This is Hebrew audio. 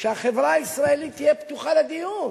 שהחברה הישראלית תהיה פתוחה לדיון.